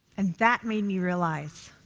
and that made me realize